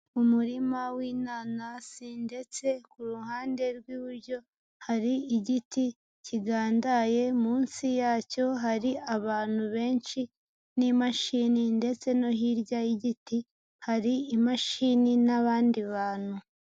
Umurima w'inanasi ndetse ku ruhande rw'iburyo hari igiti kigandaye, munsi yacyo hari abantu benshi n'imashini ndetse no hirya y'igiti hari imashini n'abandi bantu.